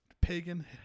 pagan